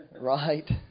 right